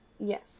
Yes